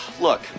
Look